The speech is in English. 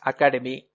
Academy